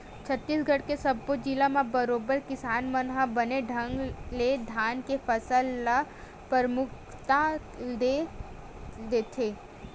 छत्तीसगढ़ के सब्बो जिला म बरोबर किसान मन ह बने ढंग ले धान के फसल ल परमुखता ले लेथे